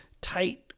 tight